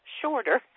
shorter